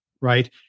right